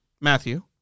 Matthew